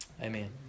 Amen